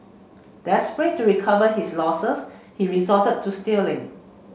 desperate to recover his losses he resorted to stealing